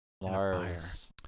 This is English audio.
Lars